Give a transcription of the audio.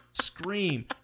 Scream